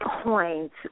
points